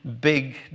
Big